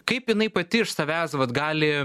kaip jinai pati iš savęs vat gali